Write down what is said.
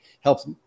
helps